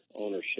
ownership